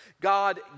God